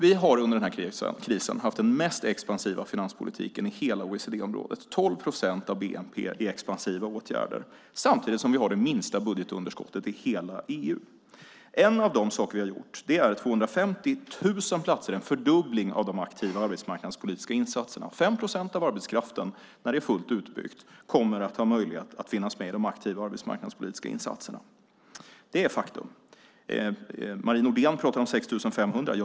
Vi har under den här krisen haft den mest expansiva finanspolitiken i hela OECD-området med 12 procent av bnp i expansiva åtgärder. Samtidigt har vi det minsta budgetunderskottet i hela EU. Vi har åstadkommit 250 000 platser - en fördubbling av de aktiva arbetsmarknadspolitiska insatserna. När det är fullt utbyggt kommer 5 procent av arbetskraften att ha möjlighet att finnas med i de aktiva arbetsmarknadspolitiska insatserna. Det är ett faktum. Marie Nordén pratar om 6 500.